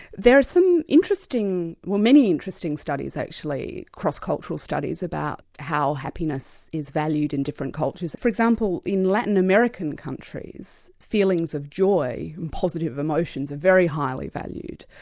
there are some interesting well many interesting studies actually cross-cultural studies about how happiness is valued in different cultures. for example, in latin american countries, feelings of joy and positive emotions are very highly valued.